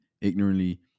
ignorantly